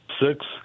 six